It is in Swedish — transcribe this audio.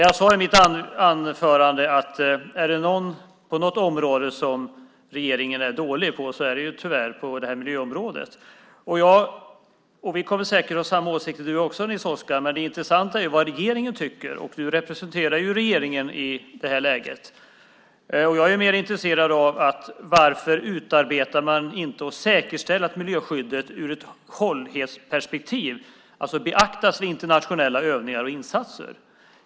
Jag sade i mitt anförande att är det något område som regeringen är dålig på är det tyvärr miljöområdet. Vi kan komma att ha samma åsikter, Nils Oskar, men det intressanta är vad regeringen tycker. Du representerar regeringen i det här läget. Jag är mer intresserad av: Varför utarbetar man inte och säkerställer miljöskyddet ur ett hållbarhetsperspektiv som beaktas vid internationella övningar och insatser?